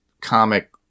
comic